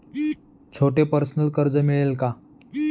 छोटे पर्सनल कर्ज मिळेल का?